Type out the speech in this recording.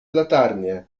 latarnię